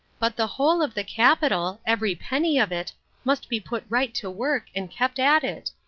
but the whole of the capital every penny of it must be put right to work, and kept at it.